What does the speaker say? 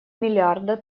миллиарда